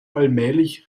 allmählich